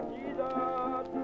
Jesus